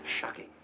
Shocking